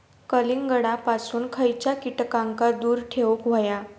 कलिंगडापासून खयच्या कीटकांका दूर ठेवूक व्हया?